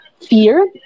fear